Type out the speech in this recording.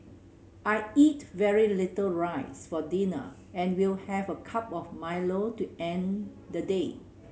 I eat very little rice for dinner and will have a cup of Milo to end the day